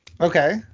Okay